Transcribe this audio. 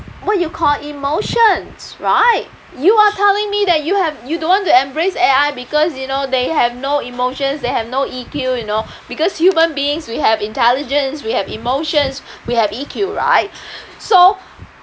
what you call emotions right you are telling me that you have you don't want to embrace A_I because you know they have no emotions they have no E_Q you know because human beings we have intelligence we have emotions we have E_Q right so